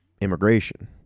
immigration